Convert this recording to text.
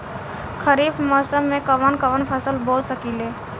खरिफ मौसम में कवन कवन फसल बो सकि ले?